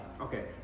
Okay